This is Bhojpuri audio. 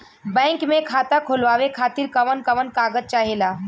बैंक मे खाता खोलवावे खातिर कवन कवन कागज चाहेला?